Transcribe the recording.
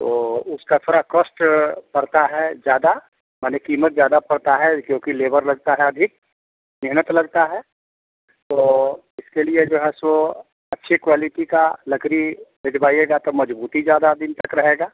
तो उसका थोड़ा कॉस्ट पड़ता है ज़्यादा भले कीमत ज़्यादा पड़ता है क्योंकि लेबर लगता है अधिक मेहनत लगता है तो इसके लिए है जो है सो अच्छी क्वालिटी का लकड़ी भिजवाइएगा तो मजबूती ज़्यादा दिन तक रहेगा